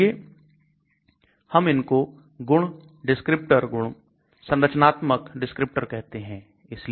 इसलिए हम इनको गुण डिस्क्रिप्टर गुण संरचनात्मक डिस्क्रिप्टर कहते हैं